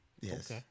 Yes